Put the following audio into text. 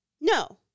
No